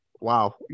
Wow